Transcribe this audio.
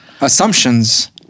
assumptions